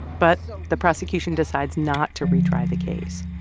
but the prosecution decides not to retry the case.